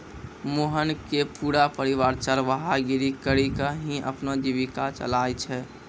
मोहन के पूरा परिवार चरवाहा गिरी करीकॅ ही अपनो जीविका चलाय छै